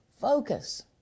Focus